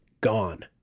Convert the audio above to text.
gone